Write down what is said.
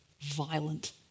violent